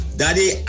daddy